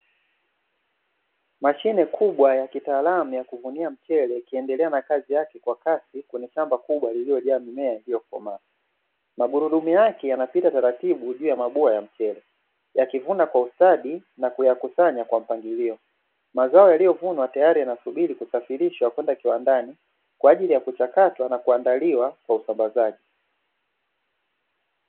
Mashine kubwa na ya kitaalamu ya kuvunia mchele, ikiendelea na kazi yake kwa kasi kwenye shamba kubwa lililojaa mimea iliyokomaa. Magurudumu yake yanapita taratibu juu ya mabua ya mchele, yakivuna kwa ustadi na kuyakusanya kwa mpangilio. Mazao yaliyovunwa tayari yanasubiri kusafirishwa kwenda kiwandani kwa ajili ya kuchakatwa na kuandaliwa kwa usambazaji.